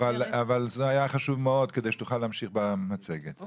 אבל זה היה חשוב מאוד כדי שתוכל להמשיך במצגת כי